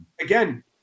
again